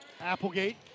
Applegate